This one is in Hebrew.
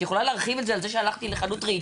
את יכולה להרחיב את זה על זה שהלכתי לחנות רהיטים,